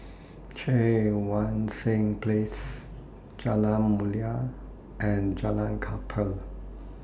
Cheang Wan Seng Place Jalan Mulia and Jalan Kapal